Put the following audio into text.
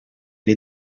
les